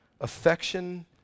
affection